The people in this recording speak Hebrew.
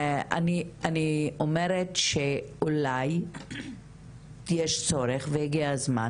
אני אומרת שאולי יש צורך והגיע הזמן,